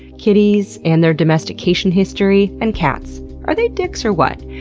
kitties and their domestication history, and cats are they dicks or what?